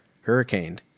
hurricane